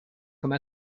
comme